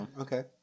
okay